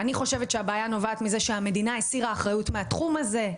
אני חושבת שהבעיה נובעת מזה שהמדינה הסירה אחריות מהתחום הזה,